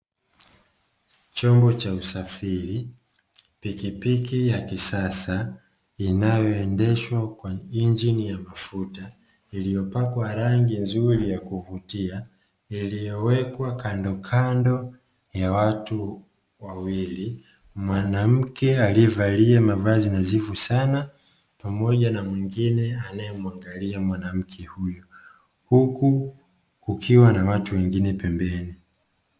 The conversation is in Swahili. Chombo cha usafiri pikipiki ya kisasa inayoendeshwa kwa engine ya mafuta iliyopakwa rangi nzuri ya kuvutia iliyowekwa kandokando ya barabara, watu wawili mwanamke aliyevalia mavazi nadhifu sana pamoja na mwingine anayemwangalia mwanamke huyu huku kukiwa na watu wengine pembeni.